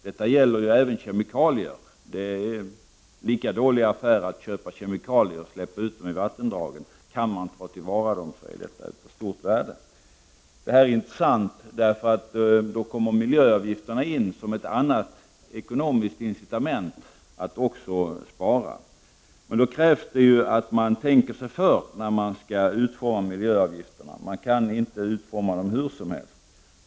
Detta gäller även kemikalier. Det är en lika dålig affär att köpa kemikalier och sedan släppa ut dem i vattendragen. Om man kan ta till vara dem är det av stort värde. Miljöavgifterna kommer här in som ett annat ekonomiskt incitament som befordrar sparande. Det krävs dock att man tänker sig för när man skall utforma miljöavgifterna. Man kan inte utforma dem hur som helst.